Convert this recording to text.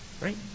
Right